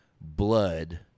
blood